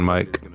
Mike